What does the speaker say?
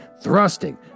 thrusting